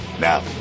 now